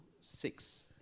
six